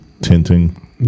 tinting